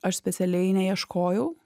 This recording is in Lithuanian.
aš specialiai neieškojau